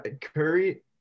Curry